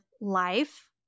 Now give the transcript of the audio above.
life